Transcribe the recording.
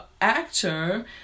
actor